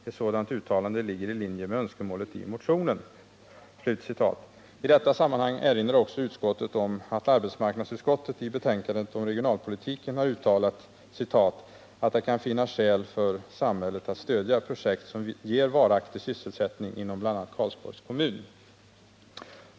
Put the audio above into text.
Ett sådant uttalande ligger i linje med önskemålet i motionen 1978/79:2541.” I detta sammanhang erinrar utskottet om att arbetsmarknadsutskottet i betänkandet om regionalpolitiken har uttalat ”att det kan finnas skäl för samhället att stödja projekt som ger varaktig sysselsättning inom bl.a. Karlsborgs kommun”.